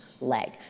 leg